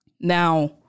Now